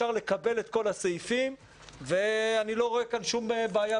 נקבל את כל הסעיפים ואני לא רואה כאן שום בעיה,